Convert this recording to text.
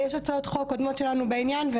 יש הצעות חוק קודמות שלנו בעניין.